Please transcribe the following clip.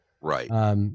Right